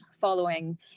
following